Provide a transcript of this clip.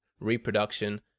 reproduction